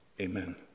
Amen